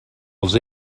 els